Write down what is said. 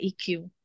eq